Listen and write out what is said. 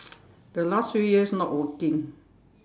the last few years not working